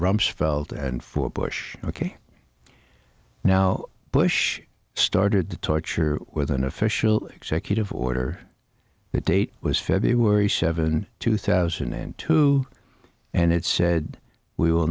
rumsfeld and for bush ok now bush started the torture with an official executive order that date was february seventh two thousand and two and it said we will